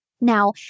Now